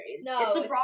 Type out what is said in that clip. no